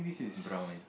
brown